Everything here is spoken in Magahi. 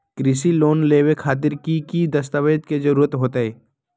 कृषि लोन लेबे खातिर की की दस्तावेज के जरूरत होतई?